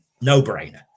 no-brainer